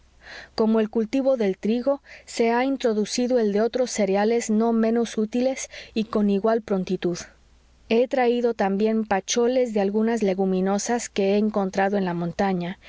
como el cultivo del trigo se ha introducido el de otros cereales no menos útiles y con igual prontitud he traído también pacholes de algunas leguminosas que he encontrado en la montaña